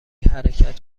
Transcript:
حرکت